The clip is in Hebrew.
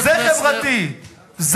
זה חברתי.